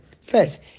first